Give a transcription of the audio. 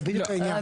זה בדיוק העניין.